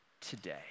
today